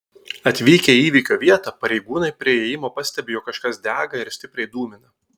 atvykę į įvykio vietą pareigūnai prie įėjimo pastebi jog kažkas dega ir stipriai dūmina